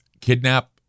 kidnap